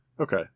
Okay